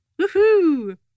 Woohoo